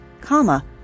comma